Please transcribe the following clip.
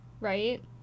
right